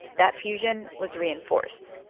that fusion was reinforced.